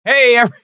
Hey